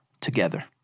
together